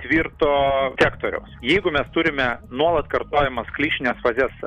tvirto sektoriaus jeigu mes turime nuolat kartojamas klišines frazes